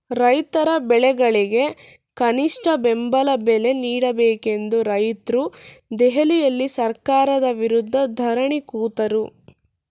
ರೈತರ ಬೆಳೆಗಳಿಗೆ ಕನಿಷ್ಠ ಬೆಂಬಲ ಬೆಲೆ ನೀಡಬೇಕೆಂದು ರೈತ್ರು ದೆಹಲಿಯಲ್ಲಿ ಸರ್ಕಾರದ ವಿರುದ್ಧ ಧರಣಿ ಕೂತರು